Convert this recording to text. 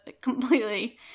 completely